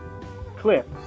Clip